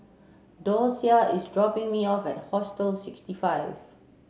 Dosia is dropping me off at Hostel sixty five